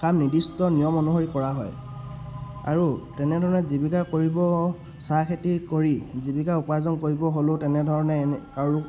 কাম নিৰ্দিষ্ট নিয়ম অনুসৰি কৰা হয় আৰু তেনেধৰণে জীৱিকা কৰিব চাহ খেতি কৰি জীৱিকা উপাৰ্জন কৰিব হ'লেও তেনেধৰণে এনে আৰু